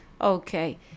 Okay